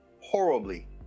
horribly